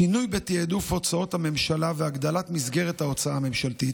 שינוי בתיעדוף הוצאות הממשלה והגדלת מסגרת ההוצאה הממשלתית,